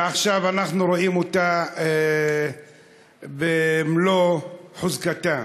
ועכשיו אנחנו רואים אותה במלוא חוזקה.